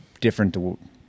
different